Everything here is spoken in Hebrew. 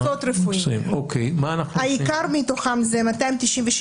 במקצועות רפואיים, העיקר מתוכם זה 296